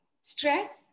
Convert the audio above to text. Stress